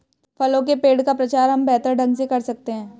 फलों के पेड़ का प्रचार हम बेहतर ढंग से कर सकते हैं